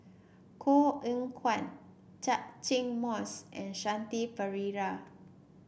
Koh Eng Kian Catchick Moses and Shanti Pereira